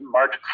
March